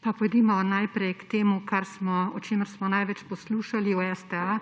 Pa pojdimo najprej k temu, o čemer smo največ poslušali, o STA,